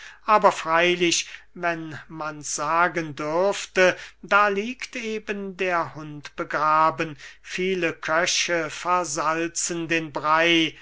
aber freylich wenn mans sagen dürfte da liegt eben der hund begraben viele köche versalzen den brey